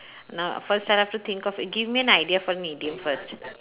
now first time I have to think of give me an idea for an idiom first